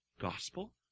gospel